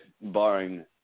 barring